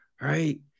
Right